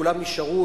כולם נשארו,